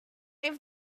have